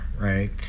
right